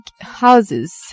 houses